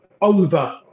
over